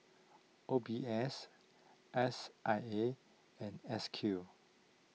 O B S S I A and S Q